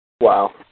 Wow